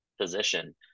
position